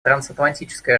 трансатлантическая